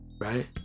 Right